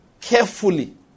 carefully